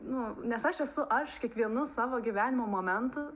nu nes aš esu aš kiekvienu savo gyvenimo momentu